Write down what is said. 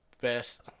best